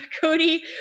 Cody